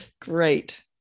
Great